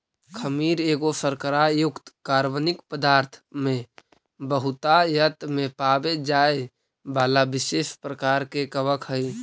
खमीर एगो शर्करा युक्त कार्बनिक पदार्थ में बहुतायत में पाबे जाए बला विशेष प्रकार के कवक हई